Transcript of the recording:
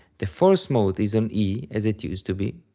the fourth mode is on e, as it used to be.